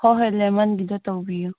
ꯍꯣꯏ ꯍꯣꯏ ꯂꯦꯃꯟꯒꯤꯗꯣ ꯇꯧꯕꯤꯌꯣ